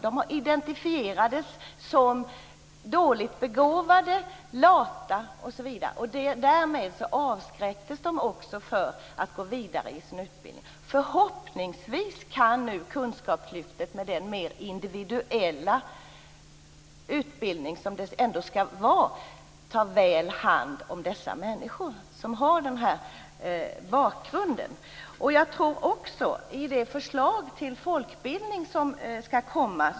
De identifierades som dåligt begåvade, lata osv. Därmed avskräcktes de också från att gå vidare i sin utbildning. Förhoppningsvis kan nu kunskapslyftet, med den mer individuella utbildning som det skall vara, ta väl hand om dessa människor. Ett förslag till folkbildning är utlovat.